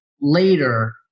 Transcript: later